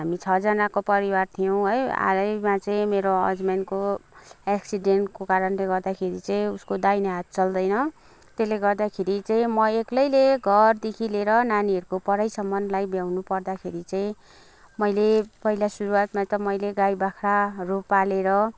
हामी छजनाको परिवार थियौँ है हालैमा चाहिँ मेरो हजबेन्डको एक्सिडेन्टको कारणले गर्दाखेरि चाहिँ उसको दाहिने हाथ चल्दैन त्यसले गर्दाखेरि चाहिँ म एकलैले घरदेखि लिएर नानीहरूको पढाइसम्मलाई भ्याउनु पर्दाखेरि चाहिँ मैले पहिला सुरुवातमा एकदम मैले गाई बाख्राहरू पालेर